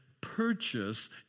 purchase